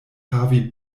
havi